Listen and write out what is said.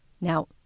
Now